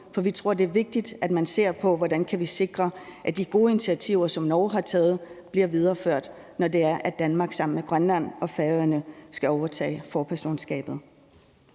for vi tror, det er vigtigt, at man ser på, hvordan vi kan sikre, at de gode initiativer, som Norge har taget, bliver videreført, når Danmark sammen med Grønland og Færøerne skal overtage forpersonskabet.